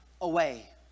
away